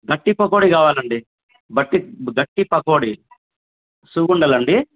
గట్టి పకోడి కావాలండి గట్టి గట్టి పకోడి సున్నుండలు అండి